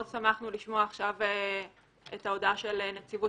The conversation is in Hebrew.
מאוד שמחנו לשמוע את ההודעה של נציבות